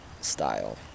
style